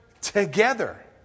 together